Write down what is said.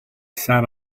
sat